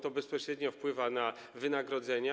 To bezpośrednio wpływa na wynagrodzenia.